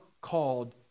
called